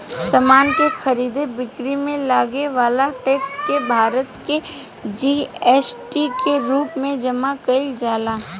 समान के खरीद बिक्री में लागे वाला टैक्स के भारत में जी.एस.टी के रूप में जमा कईल जाला